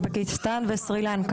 אוזבקיסטן וסרילנקה,